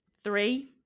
Three